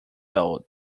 old